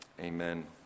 Amen